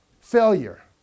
failure